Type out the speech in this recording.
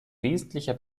wesentlicher